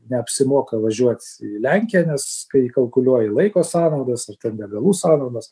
neapsimoka važiuot į lenkiją nes kai įkalkuliuoji laiko sąnaudas ar ten degalų sąnaudas